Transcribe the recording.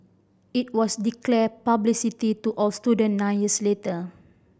it was declared publicly to all student nine years later